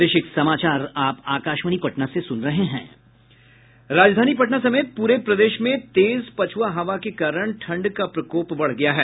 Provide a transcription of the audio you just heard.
राजधानी पटना समेत पूरे प्रदेश में तेज पछुआ हवा के कारण ठंड का प्रकोप बढ़ गया है